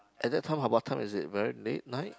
at that time her what time is it very late night